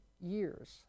years